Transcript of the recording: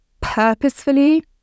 purposefully